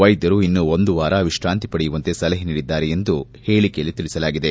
ವೈದ್ಯರು ಇನ್ನೂ ಒಂದು ವಾರ ವಿಶ್ರಾಂತಿ ಪಡೆಯುವಂತೆ ಸಲಹೆ ನೀಡಿದ್ದಾರೆ ಎಂದು ಹೇಳಿಕೆಯಲ್ಲಿ ತಿಳಿಸಲಾಗಿದೆ